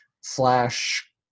slash